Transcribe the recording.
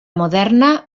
moderna